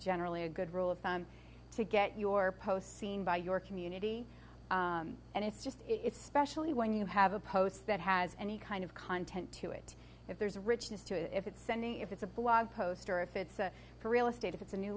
generally a good rule of thumb to get your post seen by your community and it's just it's especially when you have a post that has any kind of content to it if there's a richness to if it's sending if it's a blog post or if it's for real estate if it's a new